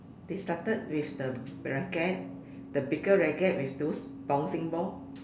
they started with the the racket the bigger racket with those bouncing ball